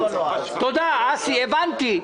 תודה, אסי, הבנתי.